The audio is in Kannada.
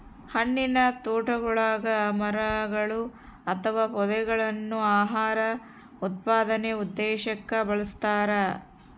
ಹಣ್ಣಿನತೋಟಗುಳಗ ಮರಗಳು ಅಥವಾ ಪೊದೆಗಳನ್ನು ಆಹಾರ ಉತ್ಪಾದನೆ ಉದ್ದೇಶಕ್ಕ ಬೆಳಸ್ತರ